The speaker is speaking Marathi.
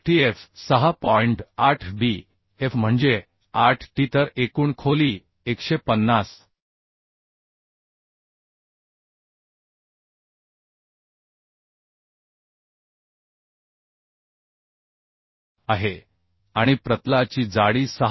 8 B f म्हणजे 8 T तर एकूण खोली 150आहे आणि प्रतलाची जाडी 6